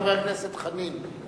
חבר הכנסת דב חנין.